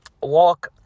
Walk